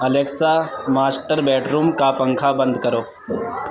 Alexa master bedroom کا پنکھا بند کرو